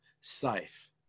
safe